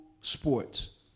sports